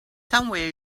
somewhere